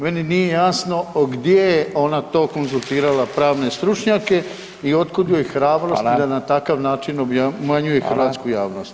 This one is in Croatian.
Meni nije jasno gdje je ona to konzultirala pravne stručnjake i od kud joj hrabrosti da na takav način [[Upadica: Hvala.]] obmanjuje hrvatsku javnost.